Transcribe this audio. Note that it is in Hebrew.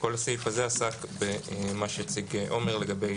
" כל הסעיף הזה עסק במה שהציג עומר לגבי